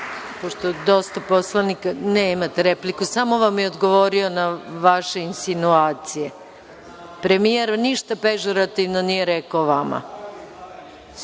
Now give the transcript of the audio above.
s mesta: Replika.)Nemate repliku, samo vam je odgovorio na vaše insinuacije. Premijer ništa pežurativno nije rekao o vama.